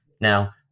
now